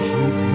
Keep